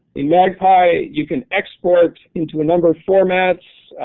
in magpie you can export in to a number of formats,